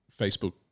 Facebook